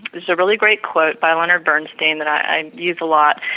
there's a really great quote by leonard bernstein that i use a lot,